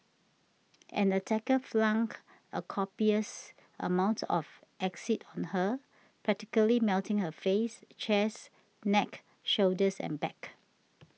an attacker flung a copious amount of acid on her practically melting her face chest neck shoulders and back